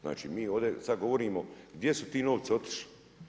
Znači, mi ovdje sad govorimo gdje su ti novci otišli.